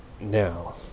now